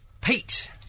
Pete